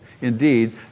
indeed